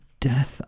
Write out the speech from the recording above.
death